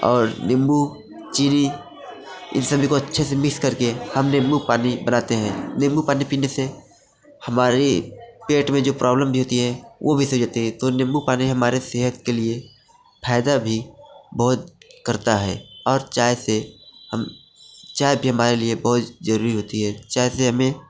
और नींबू चीनी इन सभी को अच्छे से मिक्स करके हम नींबू पानी बनाते हैं नींबू पानी पीने से हमारे पेट में जो प्रोब्लम भी होती है वो भी सही होती है तो नींबू पानी हमारे सेहत के लिए फायदा भी बहुत करता है और चाय से हम चाय भी हमारे लिए बहुत जरूरी होती है चाय से हमें